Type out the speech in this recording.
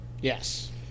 Yes